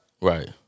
right